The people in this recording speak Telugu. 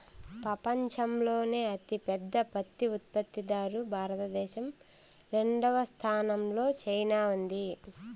పపంచంలోనే అతి పెద్ద పత్తి ఉత్పత్తి దారు భారత దేశం, రెండవ స్థానం లో చైనా ఉంది